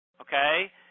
okay